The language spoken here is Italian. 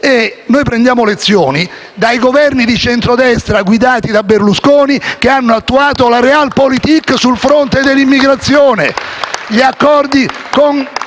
Noi prendiamo lezioni dai Governi di centrodestra guidati da Berlusconi, che hanno attuato la *Realpolitik* sul fronte dell'immigrazione: